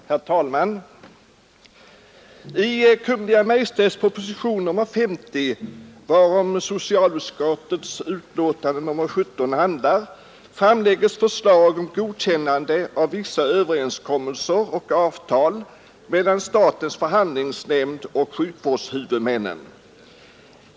Herr talman! I Kungl. Maj:ts proposition nr 50, varom socialutskottets betänkande nr 17 handlar, framlägges förslag om godkännande av vissa överenskommelser och avtal mellan statens förhandlingsnämnd och sjukvårdshuvudmännen.